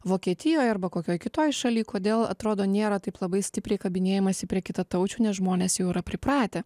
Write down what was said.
vokietijoj arba kokioj kitoj šalyj kodėl atrodo nėra taip labai stipriai kabinėjamasi prie kitataučių nes žmonės jau yra pripratę